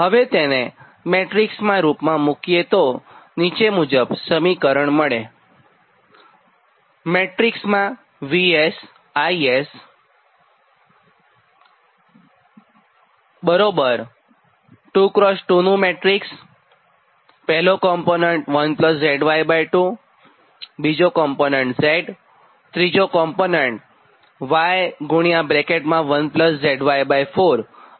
હવે તેને મેટ્રીક્સનાં રૂપમાં મુકીએ તો સમીકરણ 18 મળશે